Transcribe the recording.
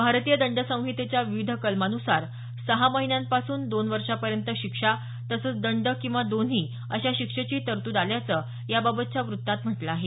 भारतीय दंड संहितेच्या विविध कलमांनुसार सहा महिन्यांपासून दोन वर्षांपर्यंत शिक्षा तसंच दंड किंवा दोन्ही अशा शिक्षेचीही तरतूद असल्याचं याबाबतच्या वृत्तात म्हटलं आहे